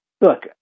look